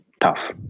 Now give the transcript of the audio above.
tough